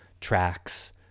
tracks